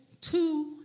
two